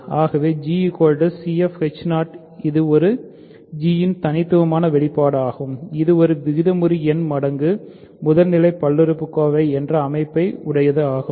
ஆகவே gcfh 0 இது ஒரு g இன் தனித்துவமான வெளிப்பாடு ஆகும் இது விகிதமுறு எண் மடங்கு முதல் நிலை பல்லுறுப்புக்கோவை என்ற அமைப்பை உடையது ஆகும்